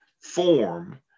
form